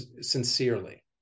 sincerely